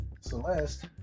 Celeste